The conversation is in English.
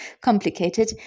complicated